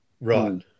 Right